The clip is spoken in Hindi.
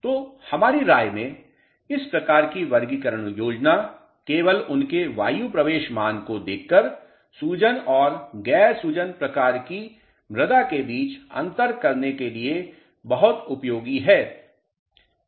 तो हमारी राय में इस प्रकार की वर्गीकरण योजना केवल उनके वायु प्रवेश मान को देखकर सूजन और गैर सूजन प्रकार की मृदा के बीच अंतर करने के लिए बहुत उपयोगी है